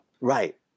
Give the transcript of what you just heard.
Right